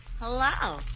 hello